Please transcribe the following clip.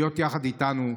להיות יחד איתנו,